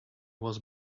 was